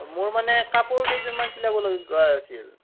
মোৰ মানে কাপোৰ দুযোৰমান চিলাবলগা আছিল